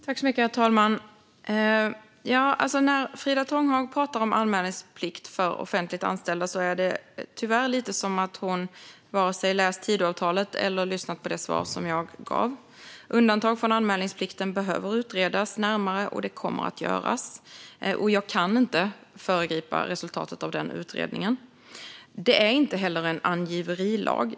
Herr ålderspresident! Frida Tånghag pratar om anmälningsplikt för offentligt anställda men verkar tyvärr varken ha läst Tidöavtalet eller lyssnat till mitt svar. Undantag från anmälningsplikten behöver utredas närmare, och det kommer att göras. Jag kan inte föregripa resultatet av denna utredning. Det är ingen angiverilag.